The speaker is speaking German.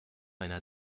einer